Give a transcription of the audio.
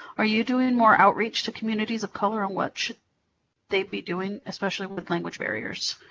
are you doing more outreach to communities of color on what should they be doing, especially with language barriers?